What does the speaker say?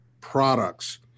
products